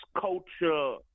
culture